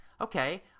okay